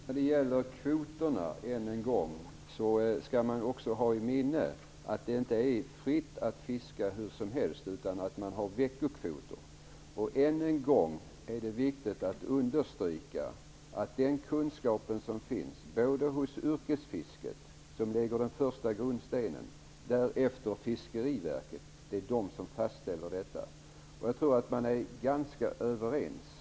Fru talman! När det gäller kvoterna skall man ha i minne att det inte är fritt att fiska hur som helst utan att man har veckokvoter. Ännu en gång är det viktigt att understryka att det är de kunskaper som finns - både hos yrkesfisket, som lägger den första grundstenen, och hos Fiskeriverket - som fastställer detta. Jag tror att man är ganska överens.